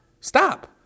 Stop